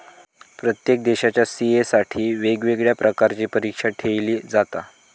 प्रत्येक देशाच्या सी.ए साठी वेगवेगळ्या प्रकारची परीक्षा ठेयली जाता